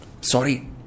Sorry